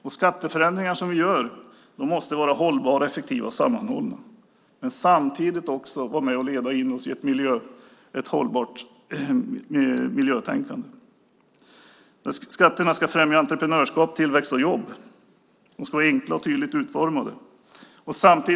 De skatteförändringar vi gör måste vara hållbara, effektiva och sammanhållna. Samtidigt måste de leda in oss i ett hållbart miljötänkande. Skatterna ska främja entreprenörskap, tillväxt och jobb. De ska vara enkla och tydligt utformade.